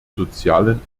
sozialen